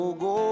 go